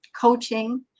coaching